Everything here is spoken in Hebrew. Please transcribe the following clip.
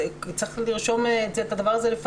את הדבר הזה צריך לרשום לפנינו.